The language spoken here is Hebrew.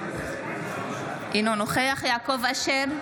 אינו נוכח יעקב אשר,